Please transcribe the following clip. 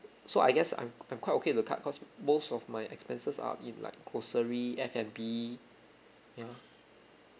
so I guess I'm I'm quite okay with the card cause most of my expenses are in like grocery F&B you know